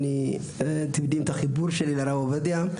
אתם יודעים את החיבור שלי לרב עובדיה.